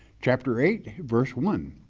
chapter eight, verse one,